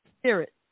Spirit